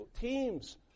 teams